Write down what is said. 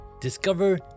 Discover